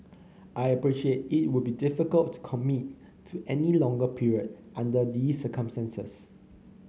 I appreciate it would be difficult to commit to any longer period under this circumstances